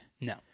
No